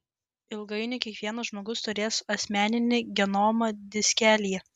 ilgainiui kiekvienas žmogus turės asmeninį genomą diskelyje